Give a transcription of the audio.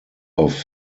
auf